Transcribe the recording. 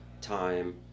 time